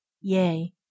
Yea